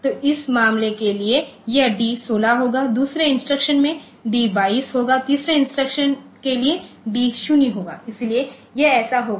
तो इस मामले के लिए यह d 16 होगा दूसरे इंस्ट्रक्शन में d 22 होगा तीसरे इंस्ट्रक्शन के लिए d 0 होगा इसलिए यह ऐसा होगा